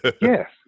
Yes